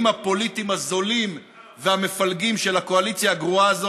הפוליטיים הזולים והמפלגים של הקואליציה הגרועה הזאת,